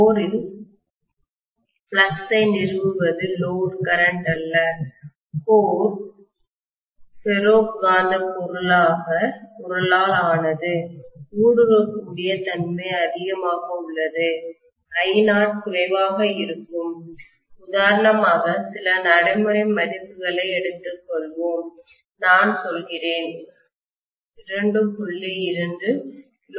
கோரில் ஃப்ளக்ஸ் ஐ நிறுவுவது லோடு கரண்ட் அல்ல கோர் ஃபெரோ காந்தப் பொருளால் ஆனது ஊடுருவக்கூடிய தன்மை அதிகமாக உள்ளது I0 குறைவாக இருக்கும் உதாரணமாக சில நடைமுறை மதிப்புகளை எடுத்துக்கொள்வோம் நான் சொல்கிறேன் 2